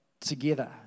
together